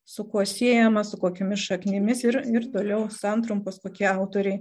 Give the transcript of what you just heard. su kuo siejamas su kokiomis šaknimis ir ir toliau santrumpos tokie autoriai